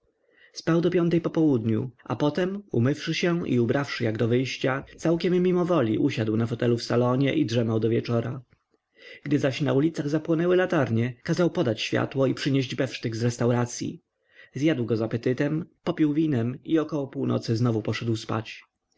do piątej po południu a potem umywszy się i ubrawszy jak do wyjścia całkiem mimowoli usiadł na fotelu w salonie i drzemał do wieczora gdy zaś na ulicach zapłonęły latarnie kazał podać światło i przynieść befsztyk z restauracyi zjadł go z apetytem popił winem i około północy znowu poszedł spać